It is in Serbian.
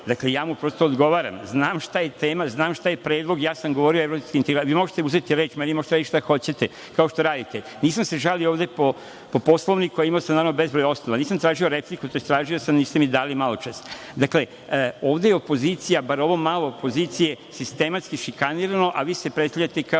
Dakle, ja mu odgovaram. Znam šta je tema, znam šta je predlog. Govorio sam o evropskim integracijama. Vi mi možete uzeti reč, meni možete raditi šta hoćete, kao što radite, nisam se žalio po Poslovniku, a imao sam bezbroj osnova, nisam tražio repliku, tj. tražio sam, niste mi dali maločas. Dakle, ovde je opozicija, bar ovo malo opozicije sistematski šikanirano, a vi se predstavljate kao